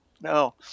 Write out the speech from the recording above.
no